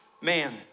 man